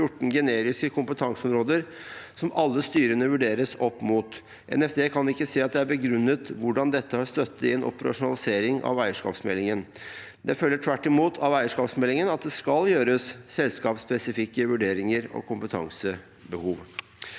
14 generiske kompetanseområder som alle styrene vurderes opp mot. NFD kan ikke se at det er begrunnet hvordan dette har støtte i en operasjonalisering av eierskapsmeldingen. Det følger tvert imot av eierskapsmeldingen at det skal gjøres selskapsspesifikke vurderinger av kompetansebehov.»